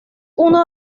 uno